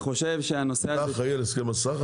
אתה אחראי על הסכם הסחר?